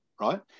right